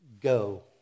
Go